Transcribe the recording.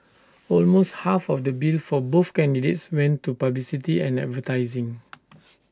almost half of the bill for both candidates went to publicity and advertising